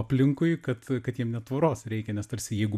aplinkui kad kad jam net tvoros reikia nes tarsi jeigu